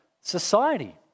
society